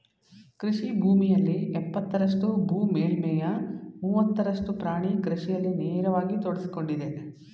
ಕೃಷಿ ಭೂಮಿಯಲ್ಲಿ ಎಪ್ಪತ್ತರಷ್ಟು ಭೂ ಮೇಲ್ಮೈಯ ಮೂವತ್ತರಷ್ಟು ಪ್ರಾಣಿ ಕೃಷಿಯಲ್ಲಿ ನೇರವಾಗಿ ತೊಡಗ್ಸಿಕೊಂಡಿದೆ